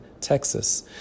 Texas